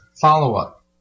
follow-up